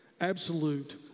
absolute